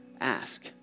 ask